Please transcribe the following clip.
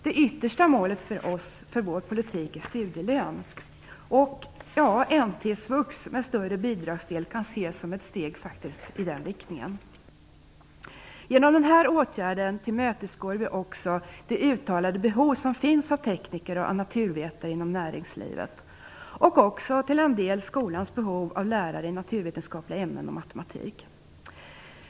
Det yttersta målet för vår politik är studielön, och N/T-svux med större bidragsdel kan ses som ett steg i den riktningen. Genom denna åtgärd tillmötesgår vi också det uttalade behov som finns av tekniker och naturvetare i näringslivet, liksom till en del skolans behov av lärare i naturvetenskapliga ämnen och matematik.